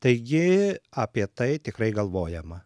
taigi apie tai tikrai galvojama